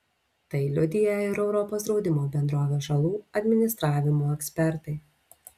tai liudija ir europos draudimo bendrovės žalų administravimo ekspertai